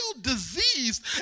diseased